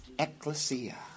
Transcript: Ecclesia